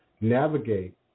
navigate